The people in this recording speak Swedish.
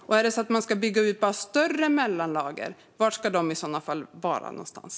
Om man ska bygga ut större mellanlager, var ska de i så fall vara någonstans?